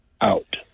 out